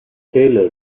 taylor